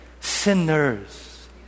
sinners